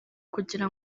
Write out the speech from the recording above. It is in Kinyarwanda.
kugira